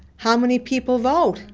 how many people vote?